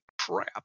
crap